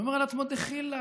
ואומר לעצמו: דחילק,